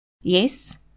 Yes